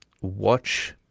watch